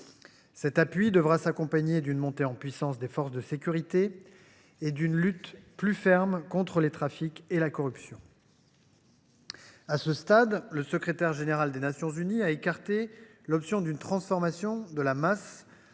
Cet appui devra s’accompagner d’une montée en puissance des forces de sécurité et d’une lutte plus ferme contre les trafics et la corruption. À ce stade, le Secrétaire général des Nations unies a écarté l’option, sollicitée par